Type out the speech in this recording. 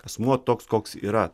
asmuo toks koks yra